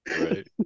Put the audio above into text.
right